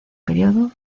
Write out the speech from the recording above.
periodo